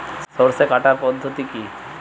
সরষে কাটার পদ্ধতি কি?